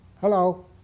Hello